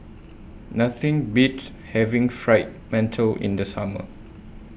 Nothing Beats having Fried mantou in The Summer